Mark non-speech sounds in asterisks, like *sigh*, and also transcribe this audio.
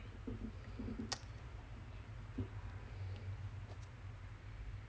*noise*